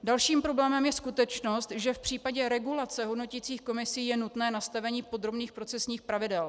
Dalším problémem je skutečnost, že v případě regulace hodnoticích komisí je nutné nastavení podrobných procesních pravidel.